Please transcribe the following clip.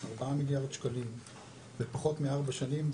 4 מיליארד שקלים בפחות מארבע שנים,